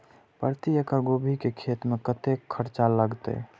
प्रति एकड़ गोभी के खेत में कतेक खर्चा लगते?